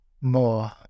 more